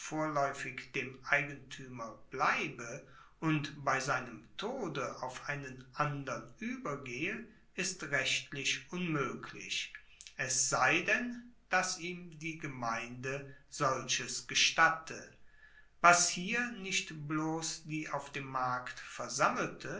dem eigentuemer bleibe und bei seinem tode auf einen andern uebergehe ist rechtlich unmoeglich es sei denn dass ihm die gemeinde solches gestatte was hier nicht bloss die auf dem markt versammelte